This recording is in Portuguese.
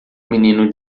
menino